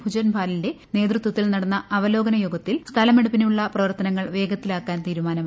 ഭുജ്ബലിന്റെ നേതൃത്വത്തിൽ നടന്ന അവലോകന യോഗത്തിൽ സ്ഥലമെടുപ്പിനുള്ള പ്രവർത്തനങ്ങൾ വേഗത്തിലാക്കാൻ തീരുമാനമായി